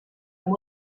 amb